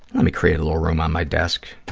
let me create a little room on my desk.